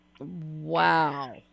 Wow